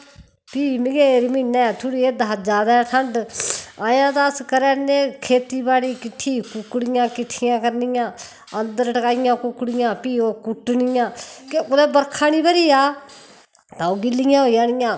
फ्ही मघेर महीनै थुड़ी एह्दै शा जादै ठण्ड अजै तां अस करैरने खेती बाड़ी किट्ठी कुक्कड़ियां किट्ठियां करनियां अन्दर टकाइयां कुक्कड़ियां फ्ही ओह् कुट्टनियां के कुतै बर्खा नि ब'री जा तां ओह् गिल्लियां होई जानियां